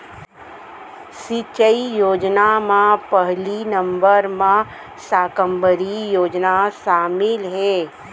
सिंचई योजना म पहिली नंबर म साकम्बरी योजना सामिल हे